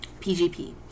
PGP